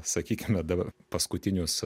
sakykime dabar paskutinius